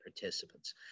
participants